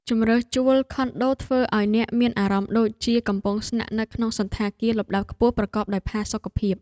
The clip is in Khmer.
ជម្រើសជួលខុនដូធ្វើឱ្យអ្នកមានអារម្មណ៍ដូចជាកំពុងស្នាក់នៅក្នុងសណ្ឋាគារលំដាប់ខ្ពស់ប្រកបដោយផាសុកភាព។